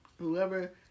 whoever